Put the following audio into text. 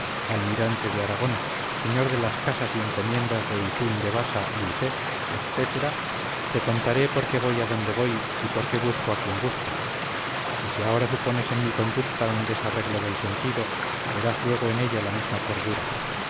almirante de aragón señor de las casas y encomiendas de isún de basa y usé etcétera te contaré por qué voy a donde voy y por qué busco a quien busco y si ahora supones en mi conducta un desarreglo del sentido verás luego en ella la misma cordura